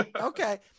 Okay